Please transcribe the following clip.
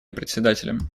председателям